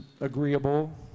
agreeable